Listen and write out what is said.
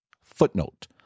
Footnote